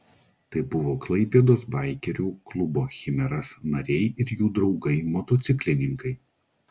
tai buvo klaipėdos baikerių klubo chimeras nariai ir jų draugai motociklininkai